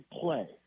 play